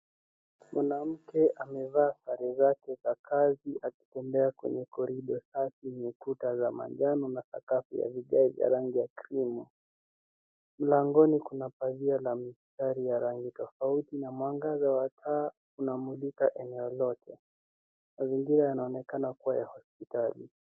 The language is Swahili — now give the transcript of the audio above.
Mwanamke amevaa sare zake za kazi akitembea kwenye korido safi yenye kuta za manjano na sakafu ya rangi ya krimu. Mlangoni kuna pazia la mistari ya rangi tofauti na mwangaza wa taa unamulika eneo lote. Mazingira yanaonekana kua ya hospitali.